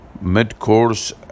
mid-course